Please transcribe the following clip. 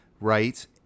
right